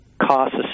costs